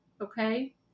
Okay